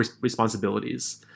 responsibilities